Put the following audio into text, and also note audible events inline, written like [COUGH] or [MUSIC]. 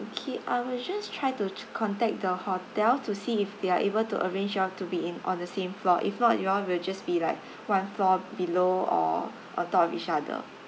okay I will just try to contact the hotel to see if they are able to arrange you all to be in on the same floor if not you all will just be like [BREATH] one floor below or on top of each other